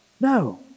No